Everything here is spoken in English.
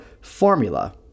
formula